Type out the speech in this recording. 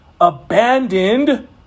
abandoned